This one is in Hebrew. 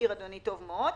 צריכה להביא אותו,